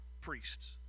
priests